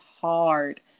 hard